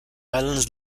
islands